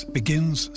begins